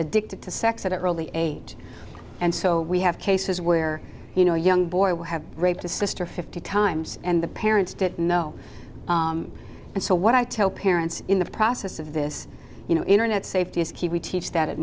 addicted to sex at an early age and so we have cases where you know young boys will have raped a sister fifty times and the parents don't know and so what i tell parents in the process of this you know internet safety is key we teach that it